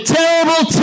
Terrible